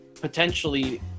potentially